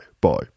bye